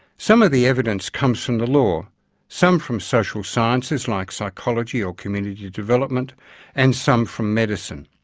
some of the evidence comes from the law some from social sciences like psychology or community development and some from medicine.